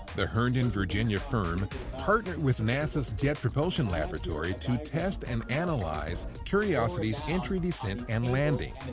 the herndon, virginia, firm partnered with nasa's jet propulsion laboratory to test and analyze curiosity's entry, descent and landing.